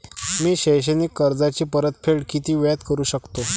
मी शैक्षणिक कर्जाची परतफेड किती वेळात करू शकतो